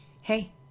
hey